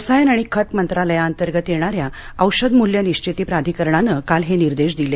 रसायन आणि खत मंत्रालयाअंतर्गत येणाऱ्या औषध मूल्य निशिती प्राधिकरणानं काल हे निर्देश दिले